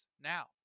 now